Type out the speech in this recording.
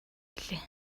гэлээ